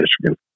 Michigan